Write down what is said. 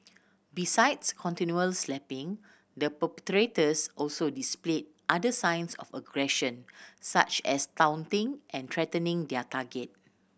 besides continual slapping the perpetrators also displayed other signs of aggression such as taunting and threatening their target